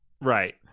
Right